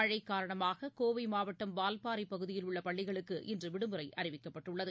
மழைகாரணமாககோவைமாவட்டம் வால்பாறைபகுதியில் உள்ளபள்ளிகுளுக்கு இன்றுவிடுமுறைஅறிவிக்கப்பட்டுள்ளது